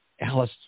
Alice